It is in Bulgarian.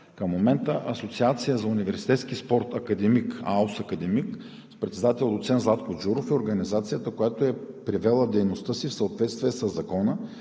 Към момента Асоциацията за университетски спорт „Академик“ – АУС „Академик“, с председател доцент Златко Джуров е организацията, която е привела дейността си в съответствие със Закона